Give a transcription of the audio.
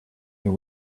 your